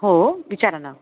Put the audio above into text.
हो विचारा ना